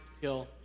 kill